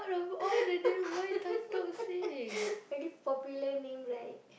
very popular name right